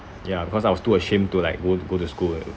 ya cause I was too ashamed to like won't go to school